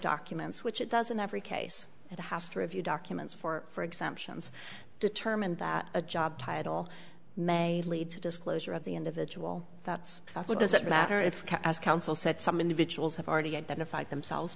documents which it doesn't every case it has to review documents for exemptions determine that a job title may lead to disclosure of the individual thoughts also does it matter if as counsel said some individuals have already identified themselves